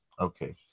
Okay